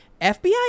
FBI